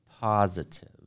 positive